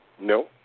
No